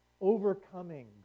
overcoming